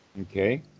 Okay